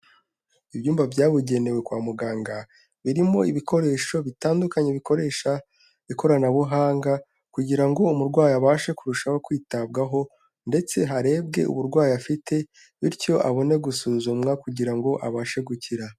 Ibyumba byabugenewe kwa muganga birimo ibikoresho bitandukanye bikoresha ikoranabuhanga kugira ngo uwo murwayi abashe kurushaho kwitabwaho ndetse harebwe uburwayi afite bityo abone gusuzumwa kugira ngo abashe gukira.